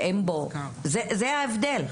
זה ההבדל.